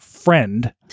Friend